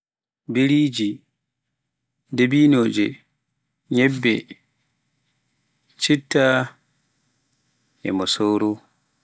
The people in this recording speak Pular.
biriji, dibinoje, nyebbe, citta, mosoro,